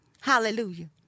Hallelujah